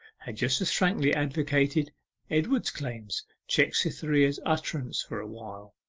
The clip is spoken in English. had just as frankly advocated edward's claims, checked cytherea's utterance for awhile.